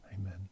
Amen